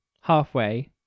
halfway